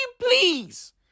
please